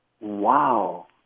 wow